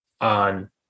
on